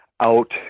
out